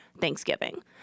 Thanksgiving